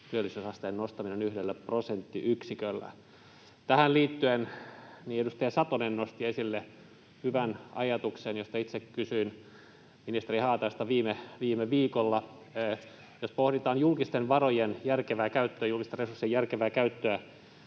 työllisyysasteen nostaminen 1 prosenttiyksiköllä. Tähän liittyen edustaja Satonen nosti esille hyvän ajatuksen, josta itse kysyin ministeri Haataiselta viime viikolla: Jos pohditaan julkisten varojen järkevää käyttöä, julkisten resurssien järkevää käyttöä,